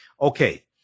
Okay